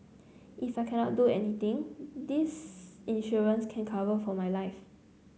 if I cannot do anything this insurance can cover for my life